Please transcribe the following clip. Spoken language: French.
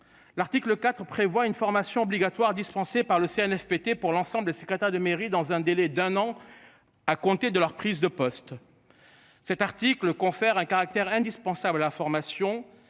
L'article 4 prévoit une formation obligatoire dispensée par le Cnfpt pour l'ensemble des secrétaires de mairie, dans un délai d'un an. À compter de leur prise de poste. Cet article confère un caractère indispensable. Information